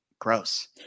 gross